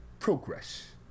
Progress